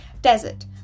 Desert